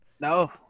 No